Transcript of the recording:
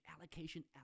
allocation